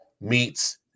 meets